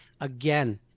Again